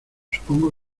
supongo